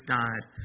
died